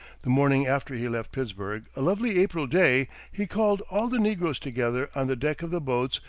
the morning after he left pittsburg, a lovely april day, he called all the negroes together on the deck of the boats,